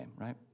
right